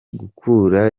gukura